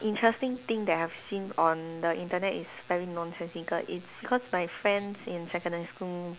interesting thing that I've seen on the Internet is very nonsensical it's because my friends in secondary school